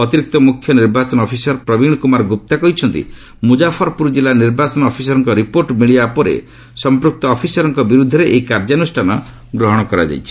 ଅତିରିକ୍ତ ମୁଖ୍ୟ ନିର୍ବାଚନ ଅଫିସର ପ୍ରବୀଣ କୁମାର ଗୁପ୍ତା କହିଛନ୍ତି ମୁଜାଫରପୁର ଜିଲ୍ଲା ନିର୍ବାଚନ ଅଫିସରଙ୍କ ରିପୋର୍ଟ ମିଳିବା ପରେ ସମ୍ପୂକ୍ତ ଅଫିସରଙ୍କ ବିରୁଦ୍ଧରେ ଏହି କାର୍ଯ୍ୟାନ୍ରଷ୍ଠାନ ଗ୍ରହଣ କରାଯାଇଛି